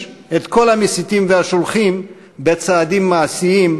את כל המסיתים והשולחים בצעדים מעשיים,